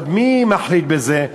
ועוד מי מחליט בזה?